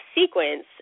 sequence